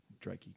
Drakey